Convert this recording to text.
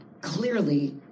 clearly